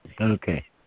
Okay